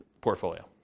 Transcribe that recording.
portfolio